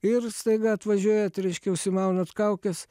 ir staiga atvažiuojat reiškia užsimaunat kaukes